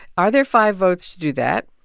are there five votes to do that?